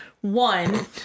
One